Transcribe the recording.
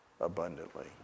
abundantly